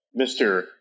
mr